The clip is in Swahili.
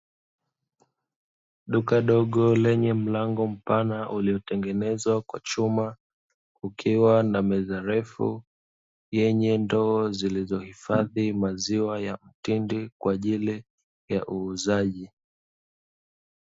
Duka dogo lenye mlango mpana lililotengenezwa kwa chuma, ukiwa na meza ndefu enye ndoo zilizohifadhi maziwa ya mtindi kwa ajili ya uuzaji.